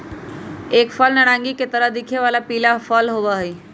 एक फल नारंगी के तरह दिखे वाला पीला फल होबा हई